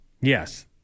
Yes